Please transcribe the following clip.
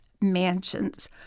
mansions